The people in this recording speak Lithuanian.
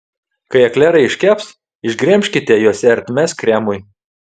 kai eklerai iškeps išgremžkite juose ertmes kremui